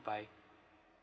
goodbye